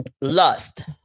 Lust